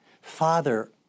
Father